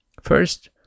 First